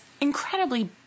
incredibly